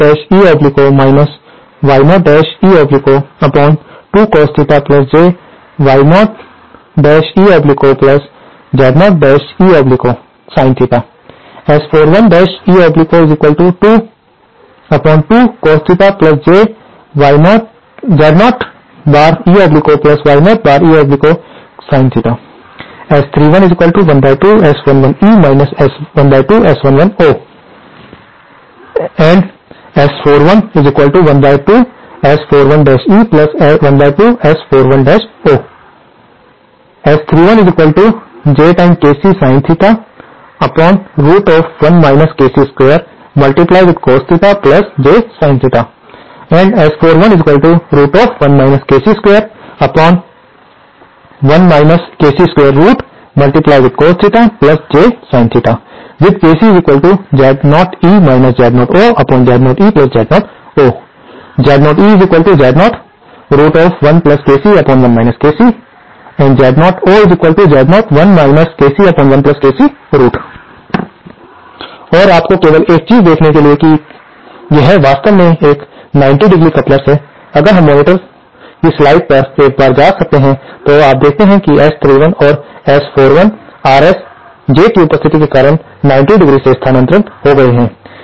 S11eojZ0eo Y0eo2cos jZ0e0Y0eosin S41eo22cos jZ0eoY0eosin S3112S11e 12S11o and S4112S41e12S41o S31 jkcsin 1 kc2cos jsin and S41 1 kc21 kc2cos jsin with kcZ0e Z0oZ0eZ0o Z0eZ01kc1 kcZ0oZ01 kc1kc और आपको केवल एक चीज दिखाने के लिए कि यह वास्तव में एक 90° कप्लर्स है अगर हम मॉनिटर पर स्लाइड्स पर एक बार जा सकते हैं तो आप देखते हैं कि S31 और S41 RS इस J की उपस्थिति के कारण 90° से स्थानांतरित हो गए हैं